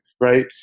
right